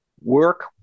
work